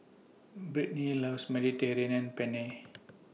Brittnee loves Mediterranean and Penne